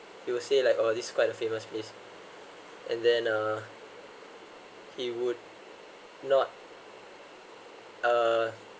he'll say like oh this quite a famous place and then uh he would not uh